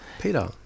Peter